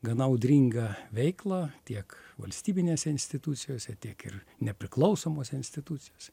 gana audringą veiklą tiek valstybinėse institucijose tiek ir nepriklausomose institucijose